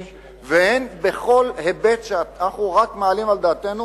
והן בכל היבט שאנחנו רק מעלים על דעתנו